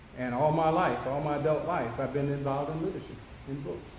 and all my life, all my adult life, i've been involved in literature, in books,